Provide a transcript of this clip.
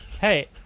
hey